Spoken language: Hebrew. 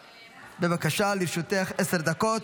בבקשה, לרשותך עשר דקות.